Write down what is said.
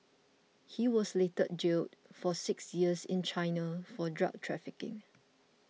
he was later jailed for six years in China for drug trafficking